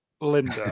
Linda